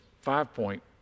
five-point